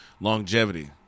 Longevity